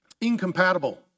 incompatible